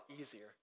easier